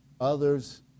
others